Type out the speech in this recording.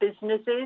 businesses